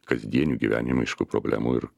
kasdienių gyvenimiškų problemų ir